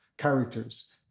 characters